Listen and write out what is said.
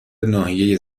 ناحیه